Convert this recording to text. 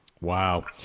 Wow